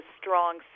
strong